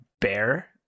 bear